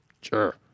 sure